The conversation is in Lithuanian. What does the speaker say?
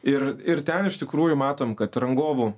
ir ir ten iš tikrųjų matome kad rangovų